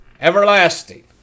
everlasting